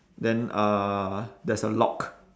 then uh there's a lock